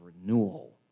renewal